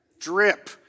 drip